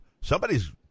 somebody's